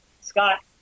Scott